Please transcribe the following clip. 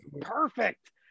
perfect